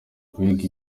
guhiga